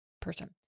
person